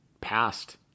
passed